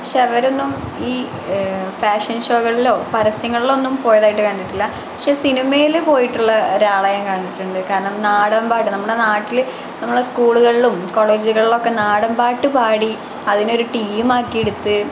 പക്ഷെ അവരൊന്നും ഈ ഫാഷന് ഷോകളിലോ പരസ്യങ്ങളിലൊന്നും പോയതായിട്ട് കണ്ടിട്ടില്ല പക്ഷെ സിനിമയിൽ പോയിട്ടുള്ള ഒരാളെ ഞാന് കണ്ടിട്ടുണ്ട് കാരണം നാടൻ പാട്ട് നമ്മുടെ നാട്ടിൽ നമ്മളുടെ സ്കൂളിലും കോളേജുകളിലൊക്കെ നാടൻ പാട്ടു പാടി അതിനൊരു ടീമാക്കി എടുത്തു